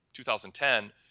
2010